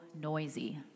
noisy